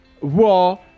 war